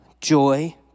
joy